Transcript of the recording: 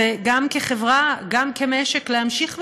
וגם כחברה, גם כמשק, להמשיך ולקבל.